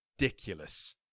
ridiculous